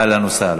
אהלן וסהלן.